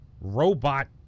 robot